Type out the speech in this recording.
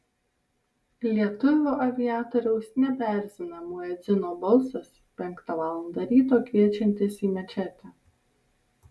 lietuvių aviatoriaus nebeerzina muedzino balsas penktą valandą ryto kviečiantis į mečetę